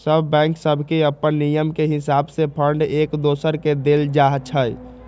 सभ बैंक सभके अप्पन नियम के हिसावे से फंड एक दोसर के देल जाइ छइ